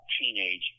teenage